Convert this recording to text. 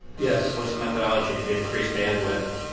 yes. what's the methodology to increase bandwidth?